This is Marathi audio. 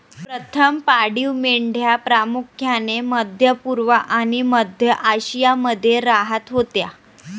प्रथम पाळीव मेंढ्या प्रामुख्याने मध्य पूर्व आणि मध्य आशियामध्ये राहत होत्या